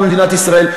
במדינת ישראל,